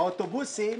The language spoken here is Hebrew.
באוטובוסים